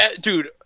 Dude